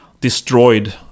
destroyed